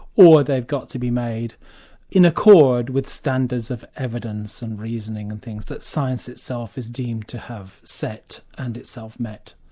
or they've got to be made in accord with standards of evidence and reasoning of and things that science itself is deemed to have set, and itself, met.